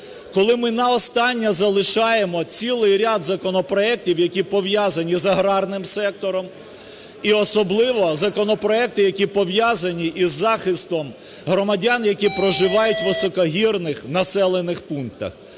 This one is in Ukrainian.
коли ми на останнє залишаємо цілий ряд законопроектів, які пов'язані з аграрним сектором, і особливо законопроекти, які пов'язані із захистом громадян, які проживають у високогірних населених пунктах.